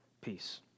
Peace